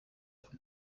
von